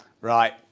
Right